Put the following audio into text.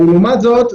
ולעומת זאת,